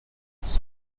its